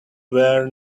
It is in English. were